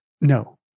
no